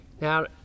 Now